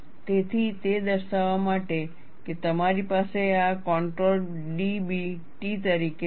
તેથી તે દર્શાવવા માટે કે તમારી પાસે આ કોન્ટોર્ડ DB T તરીકે છે